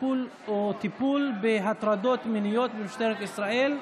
טיפול בהטרדות מיניות במשטרת ישראל,